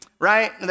right